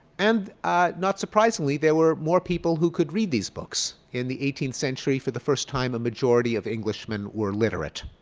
and not surprisingly, there were more people who could read these books. in the eighteenth century, for the first time, a majority of englishmen were literate.